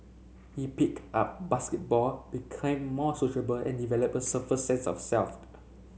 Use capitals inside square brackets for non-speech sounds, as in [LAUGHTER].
he picked up basketball became more sociable and developed a [UNINTELLIGIBLE] sense of [UNINTELLIGIBLE]